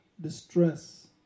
distress